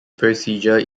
procedure